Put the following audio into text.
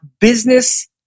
business